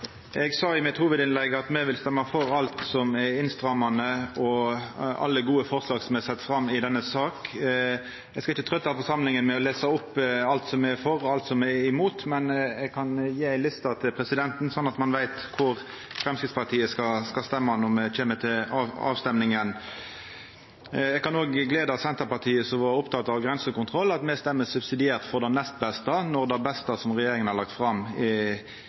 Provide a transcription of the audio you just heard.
denne saka. Eg skal ikkje trøyta forsamlinga med å lesa opp alt som me er for, og alt som me er imot, men eg kan gje presidenten ei liste, sånn at ein veit kva Framstegspartiet skal stemma når me kjem til avstemminga. Eg kan òg gleda Senterpartiet, som var oppteke av grensekontroll, med at me stemmer subsidiært for det nest beste når det beste som regjeringa har lagt fram,